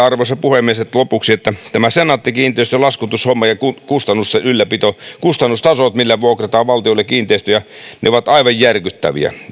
arvoisa puhemies lopuksi että tämä senaatti kiinteistön laskutushomma ja kustannusten ylläpito kustannustasot millä vuokrataan valtiolle kiinteistöjä ovat aivan järkyttäviä